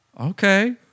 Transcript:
Okay